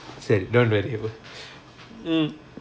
சரி:sari don't worry about mm